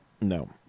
No